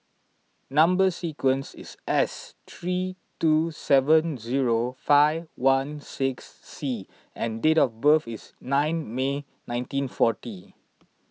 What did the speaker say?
Number Sequence is S three two seven zero five one six C and date of birth is nine May nineteen forty